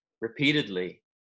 repeatedly